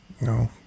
No